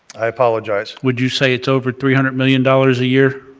i apologize. would you say it's over three hundred million dollars a year,